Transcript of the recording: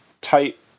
type